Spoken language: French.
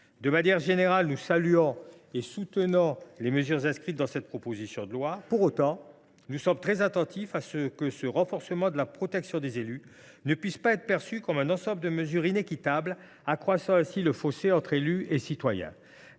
De manière générale, nous soutenons les mesures inscrites dans cette proposition de loi. Pour autant, nous sommes très attentifs à ce que ce renforcement de la protection des élus ne puisse être perçu comme un ensemble de mesures inéquitables, accroissant ainsi le fossé entre élus et citoyens.